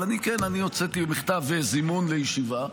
אבל אני כן, הוצאתי מכתב זימון לישיבה.